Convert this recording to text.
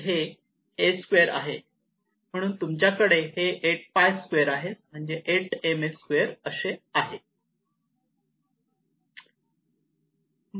म्हणून तुमच्याकडे हे 8𝝅2 आहे म्हणजेच 8 ml2 असे आहे